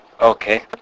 Okay